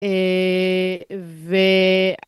אה... ו...